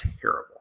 terrible